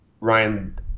ryan